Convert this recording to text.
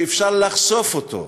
שאפשר לחשוף אותו,